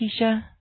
Keisha